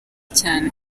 cyane